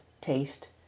taste